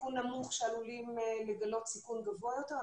בסיכון נמוך שעלולים לגלות סיכון גבוה יותר.